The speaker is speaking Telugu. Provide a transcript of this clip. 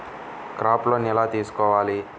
క్రాప్ లోన్ ఎలా తీసుకోవాలి?